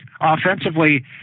offensively